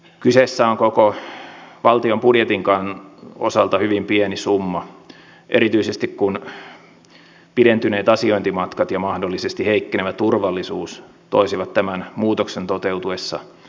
kyseessä on koko valtion budjetin osalta hyvin pieni summa erityisesti kun pidentyneet asiointimatkat ja mahdollisesti heikkenevä turvallisuus toisivat tämän muutoksen toteutuessa lisäkuluja